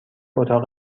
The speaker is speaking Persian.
اتاق